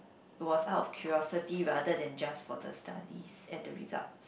was out of curiosity rather than just for the studies and the results